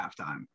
halftime